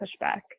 pushback